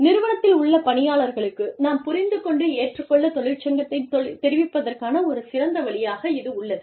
நிறுவனத்தில் உள்ள பணியாளர்களுக்கு நாம் புரிந்து கொண்டு ஏற்றுக் கொண்ட தொழிற்சங்கத்தை தெரிவிப்பதற்கான ஒரு சிறந்த வழியாக இது உள்ளது